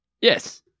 Yes